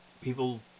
People